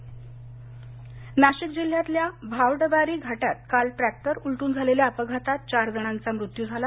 अपघात नाशिक नाशिक जिल्ह्यातल्या भावडबारी घाटात काल ट्रॅक्टर उलटून झालेल्या अपघातात चार जणांचा मृत्यू झाला